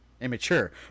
immature